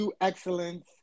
excellence